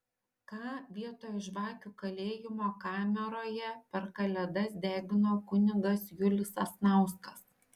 ką vietoj žvakių kalėjimo kameroje per kalėdas degino kunigas julius sasnauskas